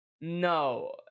No